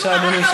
בבקשה, אדוני.